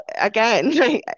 again